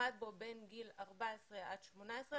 למד בו בין גיל 14 עד 18,